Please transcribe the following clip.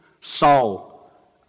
Saul